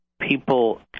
people